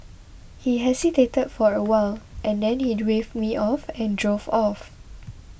he hesitated for a while and then he waved me off and drove off